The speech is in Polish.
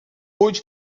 pójdź